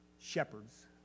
shepherds